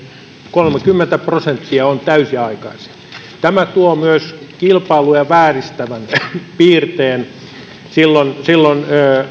kolmekymmentä prosenttia on täysiaikaisia tämä tuo myös kilpailua vääristävän piirteen silloin silloin